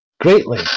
greatly